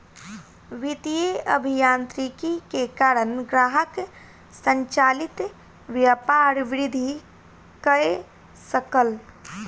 वित्तीय अभियांत्रिकी के कारण ग्राहक संचालित व्यापार वृद्धि कय सकल